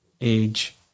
age